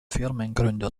firmengründer